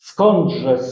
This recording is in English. Skądże